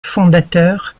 fondateur